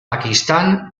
pakistán